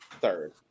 third